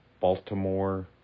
Baltimore